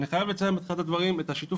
אני חייב לציין בתחילת הדברים את שיתוף